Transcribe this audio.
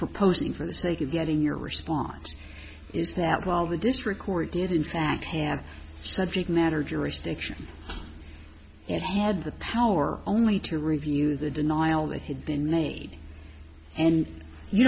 proposing for the sake of getting your response is that while the district court did in fact have subject matter jurisdiction it had the power only to review the denial that had been made and you